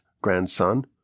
grandson